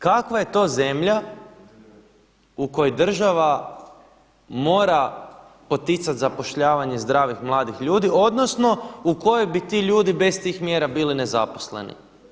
Kakva je to zemlja u kojoj država mora poticati zapošljavanje zdravih, mladih ljudi, odnosno u kojoj bi ti ljudi bez tih mjera bili nezaposleni.